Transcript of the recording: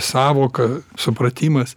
sąvoka supratimas